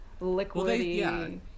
liquidy